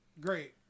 Great